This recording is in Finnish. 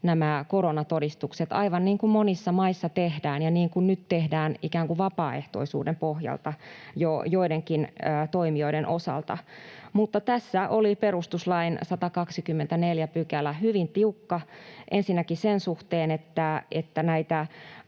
nämä koronatodistukset, aivan niin kuin monissa maissa tehdään ja niin kuin nyt tehdään ikään kuin vapaaehtoisuuden pohjalta jo joidenkin toimijoiden osalta. Mutta tässä oli perustuslain 124 § hyvin tiukka ensinnäkin sen suhteen, että näitä